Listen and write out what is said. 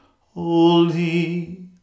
Holy